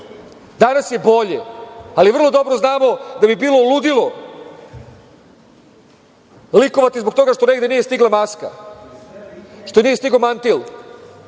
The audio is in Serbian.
danas je bolje. Ali, vrlo dobro znamo da bi bilo ludilo likovati zbog toga što negde nije stigla maska, što nije stigao mantil.